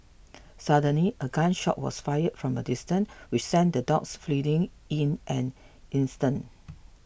suddenly a gun shot was fired from a distance which sent the dogs fleeing in an instant